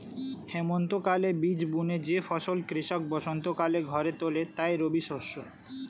হেমন্তকালে বীজ বুনে যে ফসল কৃষক বসন্তকালে ঘরে তোলে তাই রবিশস্য